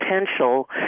potential